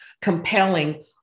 compelling